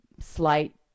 slight